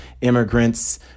immigrants